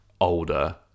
older